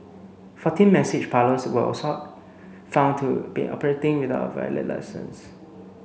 fourteen message parlours were also found to been operating without a valid licence